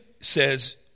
says